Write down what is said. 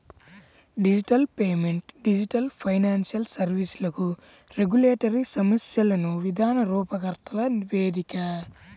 digital payment digital financial సర్వీస్లకు regulatory సమస్యలను విధాన రూపకర్తల వేదిక